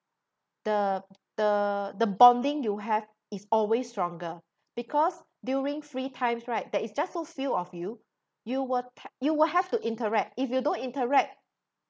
the the the bonding you have is always stronger because during free times right there is just so few of you you wi~ ta~ you will have to interact if you don't interact